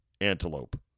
antelope